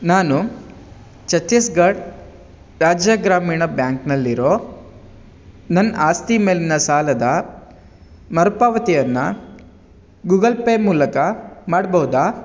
ನಾನು ಚತ್ತೀಸ್ಗಡ್ ರಾಜ್ಯ ಗ್ರಾಮೀಣ್ ಬ್ಯಾಂಕ್ನಲ್ಲಿರೋ ನನ್ನ ಆಸ್ತಿ ಮೇಲಿನ ಸಾಲದ ಮರು ಪಾವತಿಯನ್ನು ಗೂಗಲ್ ಪೇ ಮೂಲಕ ಮಾಡ್ಬಹುದಾ